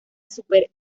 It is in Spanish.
supercopa